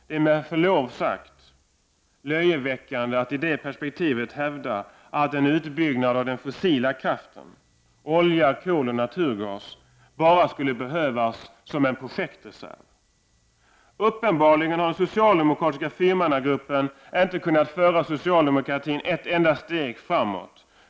Det är med förlov sagt löjeväckande att i det perspektivet hävda att en utbyggnad av den fossila kraften — olja, kol och naturgas — bara skulle behövas som en projektreserv. Uppenbarligen har den socialdemokratiska fyrmannagruppen inte kunnat föra socialdemokratin ett enda steg framåt.